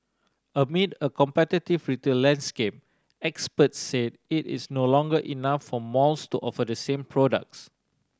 amid a competitive retail landscape experts said it is no longer enough for malls to offer the same products